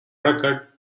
record